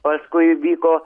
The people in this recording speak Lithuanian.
paskui vyko